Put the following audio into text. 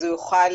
הוא יוכל